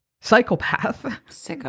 psychopath